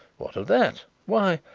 what of that? why,